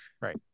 Right